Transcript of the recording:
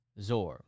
Zor